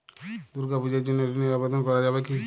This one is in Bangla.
দুর্গাপূজার জন্য ঋণের আবেদন করা যাবে কি?